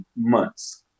months